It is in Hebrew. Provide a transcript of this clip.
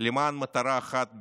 למען מטרה אחת בלבד: